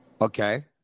Okay